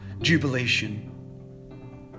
jubilation